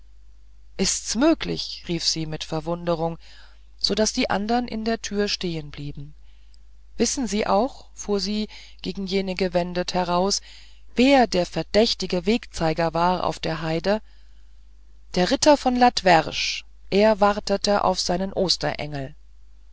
ist's möglich rief sie mit verwunderung so daß die andern in der türe stehenblieben wissen sie auch fuhr sie gegen jene gewendet heraus wer der verdächtige wegzeiger war auf der heide der ritter von latwerg er wartete auf seinen